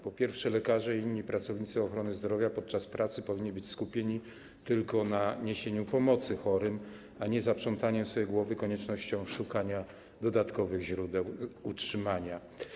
Po pierwsze, lekarze i inni pracownicy ochrony zdrowia podczas pracy powinni być skupieni tylko na niesieniu pomocy chorym, nie powinni zaprzątać sobie głowy koniecznością szukania dodatkowych źródeł utrzymania.